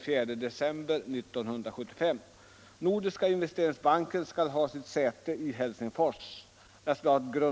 och Hovhammar.